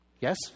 Yes